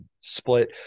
split